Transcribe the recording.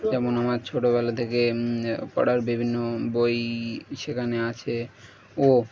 যেমন আমার ছোটোবেলা থেকে পড়ার বিভিন্ন বই সেখানে আছে ও